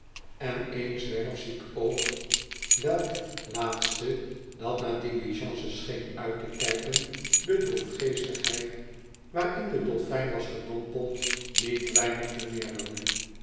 en één zwerfziek oog welk laatste dat naar diligences scheen uit te kijken de droefgeestigheid waarin de dolfijn was gedompeld niet weinig vermeerderde